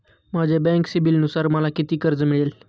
माझ्या बँक सिबिलनुसार मला किती कर्ज मिळेल?